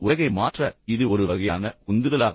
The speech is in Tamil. உலகை மாற்ற இது ஒரு வகையான உந்துதலா